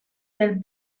del